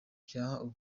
byaba